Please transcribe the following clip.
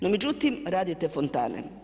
No međutim, radite fontane.